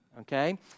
okay